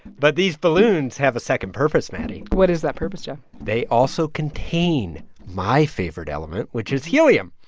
but these balloons have a second purpose, maddie what is that purpose, geoff? they also contain my favorite element, which is helium.